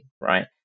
right